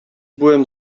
byłem